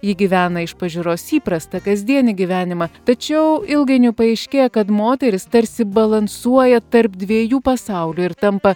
ji gyvena iš pažiūros įprastą kasdienį gyvenimą tačiau ilgainiui paaiškėja kad moteris tarsi balansuoja tarp dviejų pasaulių ir tampa